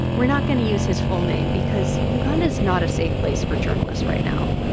we're not going to use his full name because uganda's not a safe place for journalists right now.